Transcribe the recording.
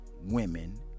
women